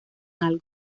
algo